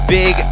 big